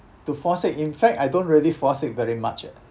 to fall sick in fact I don't really fall sick very much eh